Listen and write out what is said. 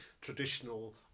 traditional